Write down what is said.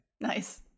Nice